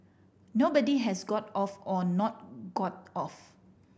nobody has got off or not got off